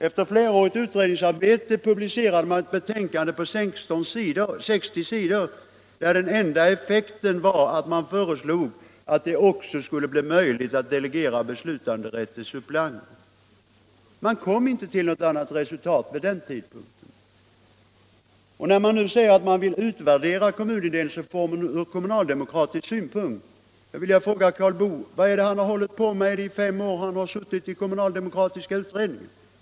Efter flera års utredningsarbete presenterade kommittén ett betänkande på 60 sidor, där det enda förslaget var att det också skulle bli möjligt att delegera beslutanderätten till sup pleanter. Man kom vid den tidpunkten inte fram till något annat resultat. Med anledning av uttalandena nu om att man vill utvärdera kommunindelningsreformen från kommunaldemokratisk synpunkt vill jag fråga Karl Boo vad han har sysslat med under de fem år han suttit i kommunaldemokratiska utredningen.